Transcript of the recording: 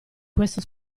questo